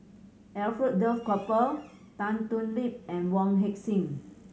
Alfred Duff Cooper Tan Thoon Lip and Wong Heck Sing